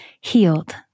healed